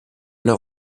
leur